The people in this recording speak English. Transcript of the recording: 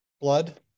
blood